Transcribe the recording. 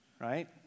right